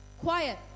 quiet